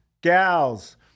gals